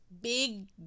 big